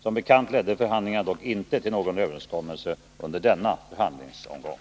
Som bekant ledde förhandlingarna dock inte till någon överenskommelse under denna förhandlingsomgång.